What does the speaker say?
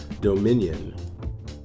Dominion